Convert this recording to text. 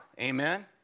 amen